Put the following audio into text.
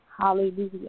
Hallelujah